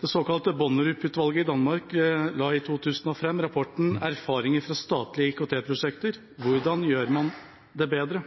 Det såkalte Bonnerup-utvalget i Danmark la i 2001 fram rapporten «Erfaringer fra statslige IT-projekter – hvordan gør man det bedre?».